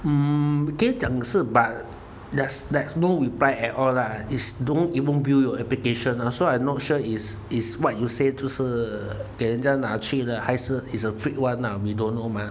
mm 可以讲是 but there's there's no reply at all lah is don't even build your application ah so I'm not sure is is what you said 就是给人家拿去了还是 is a fake [one] we don't know mah